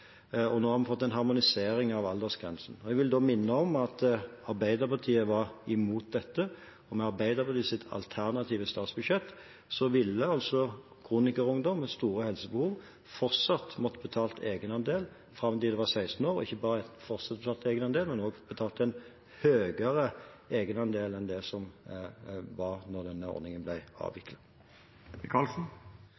Nå har vi fått en harmonisering av aldersgrensene. Jeg vil minne om at Arbeiderpartiet var imot dette. Med Arbeiderpartiets alternative statsbudsjett ville kronikerungdom med store helsebehov fortsatt ha måttet betale egenandel fram til de var 16 år, og ikke bare ville de fortsatt ha måttet betale egenandel, men også en høyere egenandel enn det som var da denne ordningen ble